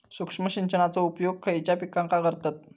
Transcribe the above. सूक्ष्म सिंचनाचो उपयोग खयच्या पिकांका करतत?